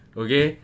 okay